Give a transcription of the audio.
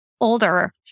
older